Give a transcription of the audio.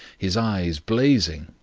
his eyes blazing,